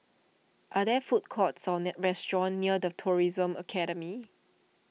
are there food courts or restaurants near the Tourism Academy